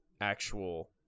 actual